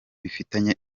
bifitanye